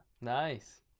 nice